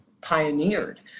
pioneered